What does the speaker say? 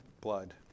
blood